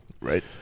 Right